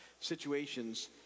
situations